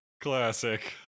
classic